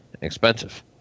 expensive